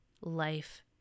life